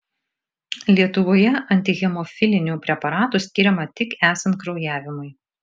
lietuvoje antihemofilinių preparatų skiriama tik esant kraujavimui